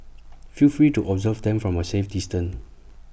feel free to observe them from A safe distance